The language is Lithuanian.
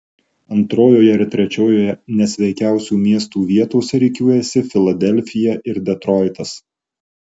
antrojoje ir trečiojoje nesveikiausių miestų vietose rikiuojasi filadelfija ir detroitas